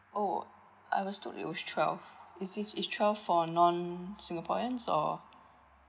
oh I was told it was twelve is this is twelve for non singaporean or